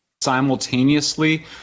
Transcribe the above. simultaneously